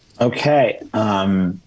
Okay